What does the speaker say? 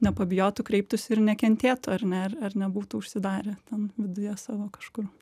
nepabijotų kreiptųsi ir nekentėtų ar ne ar nebūtų užsidarę ten viduje savo kažkur